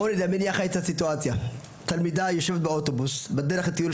בואו נדמיין ביחד את הסיטואציה: תלמידה יושבת באוטובוס של הטיול,